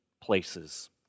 places